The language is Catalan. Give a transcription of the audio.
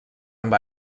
amb